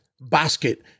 basket